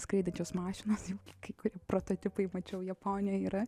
skraidančios mašinos kai kurie prototipai mačiau japonijoj yra